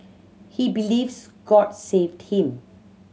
he believes God saved him